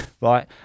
right